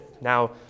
Now